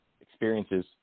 experiences